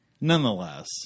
nonetheless